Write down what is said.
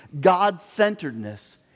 God-centeredness